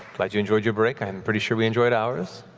glad you enjoyed your break, i'm pretty sure we enjoyed ours.